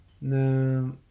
No